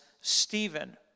Stephen